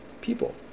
people